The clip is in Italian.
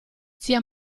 zia